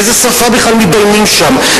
באיזה שפה בכלל מתדיינים שם?